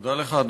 תודה לך,